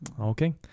Okay